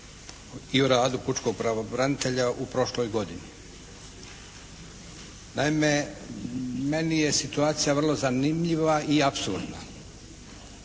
i o radu pučkog pravobranitelja u prošloj godini. Naime, meni je situacija vrlo zanimljiva i apsurdna.